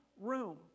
room